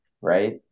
right